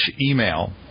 email